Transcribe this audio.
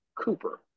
Cooper